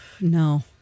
No